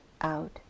out